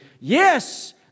yes